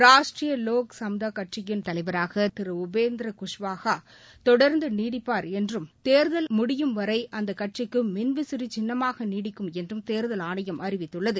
ராஷ்ட்ரீய லோக் சமதாக் கட்சியின் தலைவராக திரு உபேந்த்ரா குஷ்வாகா தொடர்ந்து நீடிப்பார் என்றும் தேர்தல் முடியும் வரை அந்த கட்சிக்கு மின் விசிறி சின்னமாக நீடிக்கும் என்றும் தேர்தல் ஆணையம் அறிவித்துள்ளது